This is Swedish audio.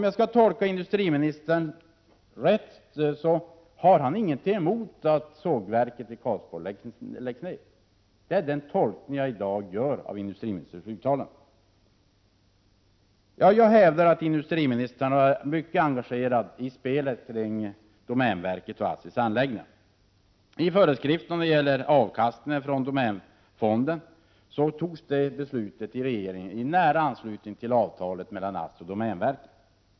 Jag tolkar industriministern som så att han inte har något emot att sågverket i Karlsborg läggs ner. Den tolkningen gör jag i dag av industriministerns uttalande. Jag hävdar att industriministern har varit mycket engagerad i spelet kring domänverket och ASSI:s anläggningar. Regeringens beslut om föreskrifter i fråga om avkastningen från domänfonden togs i nära anslutning till avtalet mellan ASSI och domänverket.